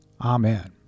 Amen